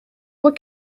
what